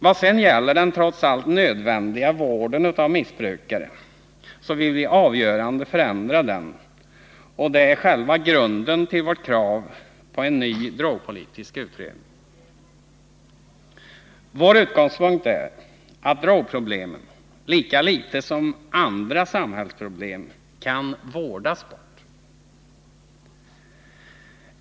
Vad sedan gäller den trots allt nödvändiga vården av missbrukare vill vi avgörande förändra denna, och det är själva grunden till vårt krav på en ny drogpolitisk utredning. Vår utgångspunkt är att drogproblemen lika litet som andra samhällsproblem kan vårdas bort.